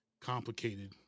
complicated